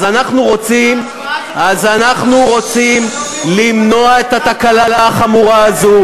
אז אנחנו רוצים למנוע את התקלה החמורה הזו.